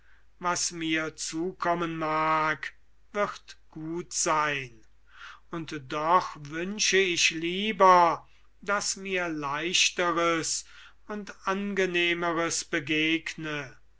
was mir zukommen mag wird gut sein und doch wünsche ich lieber daß mir leichteres und angenehmeres begegne